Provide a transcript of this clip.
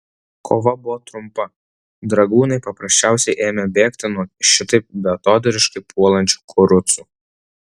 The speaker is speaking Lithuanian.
kova buvo trumpa dragūnai paprasčiausiai ėmė bėgti nuo šitaip beatodairiškai puolančių kurucų